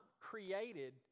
created